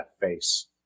face